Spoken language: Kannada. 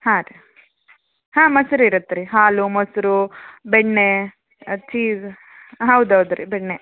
ಹಾಂ ರೀ ಹಾಂ ಮೊಸ್ರು ಇರುತ್ತೆ ರೀ ಹಾಲು ಮೊಸರು ಬೆಣ್ಣೆ ಚೀಸ್ ಹಾಂ ಹೌದು ಹೌದು ರೀ ಬೆಣ್ಣೆ